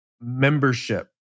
membership